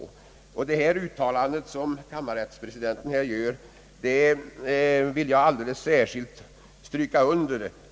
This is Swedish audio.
Det uttalande som kammarrättspresidenten gör vill jag alldeles särskilt stryka under.